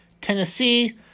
Tennessee